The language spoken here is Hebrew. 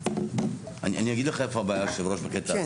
אני אגיד לך איפה הבעיה, היושב-ראש, בקטע הזה.